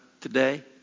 today